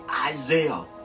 Isaiah